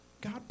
God